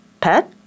pet